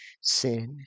sin